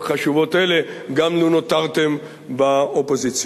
חשובות אלה גם לו נותרתם באופוזיציה.